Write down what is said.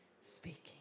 speaking